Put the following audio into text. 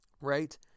right